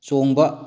ꯆꯣꯡꯕ